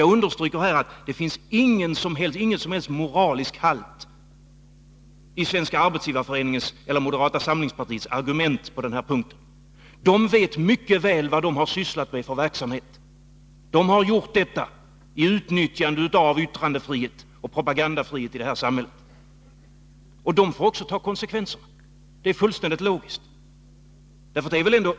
Jag understryker att det inte finns någon som helst moralisk halt i Svenska arbetsgivareföreningens eller moderata samlingspartiets argument på den här punkten. De vet mycket väl vad de har sysslat med för verksamhet. De har gjort detta med utnyttjande av yttrandeoch propagandafriheten i det här samhället, och de får också ta konsekvenserna. Det är fullständigt logiskt.